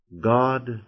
God